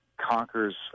conquers